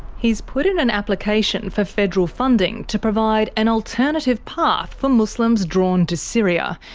he's put in an application for federal funding to provide an alternative path for muslims drawn to syria,